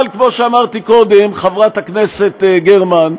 אבל כמו שאמרתי קודם, חברת הכנסת גרמן,